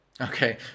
okay